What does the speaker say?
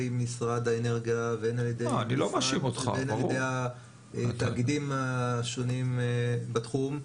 משרד האנרגיה והן על ידי התאגידים השונים בתחום,